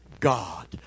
God